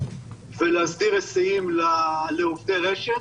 ולהסדיר היסעים לעובדי רש"ת.